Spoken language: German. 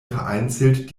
vereinzelt